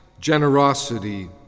generosity